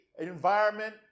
environment